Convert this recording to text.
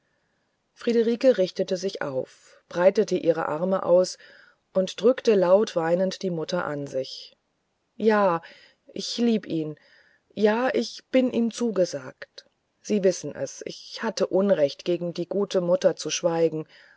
friederike richtete sich auf breitete ihre arme aus und drückte laut weinend die mutter an sich ja ich lieb ihn ja ich bin ihm zugesagt sie wissen es ich hatte unrecht gegen die gute mutter zu schweigen